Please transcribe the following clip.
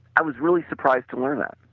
i was really surprised to learn that.